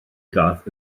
gaeth